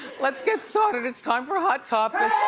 let's get started. it's time for hot topics.